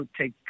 take